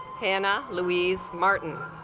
hannah louise martin